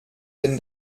denn